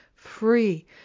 Free